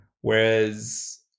whereas